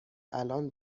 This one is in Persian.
الان